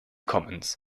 commons